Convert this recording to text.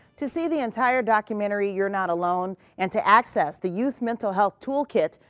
to see the entire documentary, you're not alone, and to access the youth mental health toolkit,